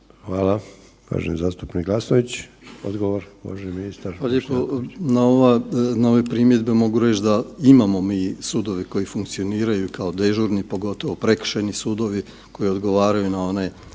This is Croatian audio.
Hvala uvaženi zastupniče Glasnović. Odgovor uvaženi ministar.